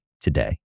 today